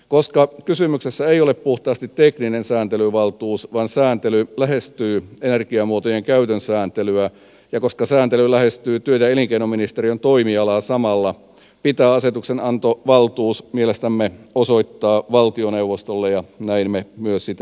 koska kysymyksessä ei ole puhtaasti tekninen sääntelyvaltuus vaan sääntely lähestyy energiamuotojen käytön sääntelyä ja koska sääntely lähestyy työ ja elinkeinoministeriön toimialaa samalla pitää asetuksenantovaltuus mielestämme osoittaa valtioneuvostolle ja näin me myös sitä esitämme